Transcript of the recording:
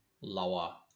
lower